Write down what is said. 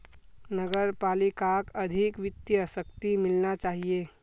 नगर पालिकाक अधिक वित्तीय शक्ति मिलना चाहिए